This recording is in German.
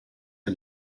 der